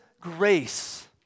grace